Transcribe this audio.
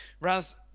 Raz